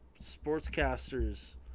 sportscasters